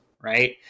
right